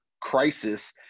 crisis